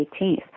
18th